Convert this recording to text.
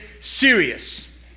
serious